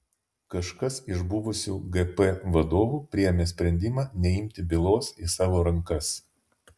kažkas iš buvusių gp vadovų priėmė sprendimą neimti bylos į savo rankas